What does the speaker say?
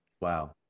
Wow